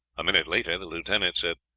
a minute later the lieutenant said,